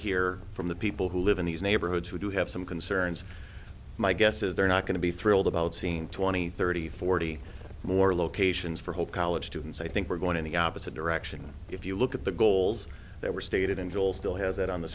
hear from the people who live in these neighborhoods who do have some concerns my guess is they're not going to be thrilled about scene twenty thirty forty more locations for hope college students i think we're going in the opposite direction if you look at the goals that were stated and you'll still has that on the